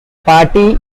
party